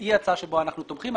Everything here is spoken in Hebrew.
והיא ההצעה בה אנחנו תומכים.